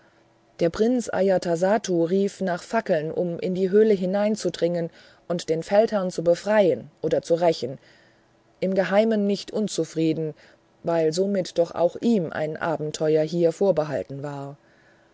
der prinz ajatasattu rief nach fackeln um in die höhle hineinzudringen und den feldherrn zu befreien oder zu rächen im geheimen nicht unzufrieden weil somit doch auch ihm ein abenteuer hier vorbehalten war